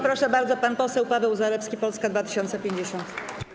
Proszę bardzo, pan poseł Paweł Zalewski, Polska 2050.